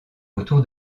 autour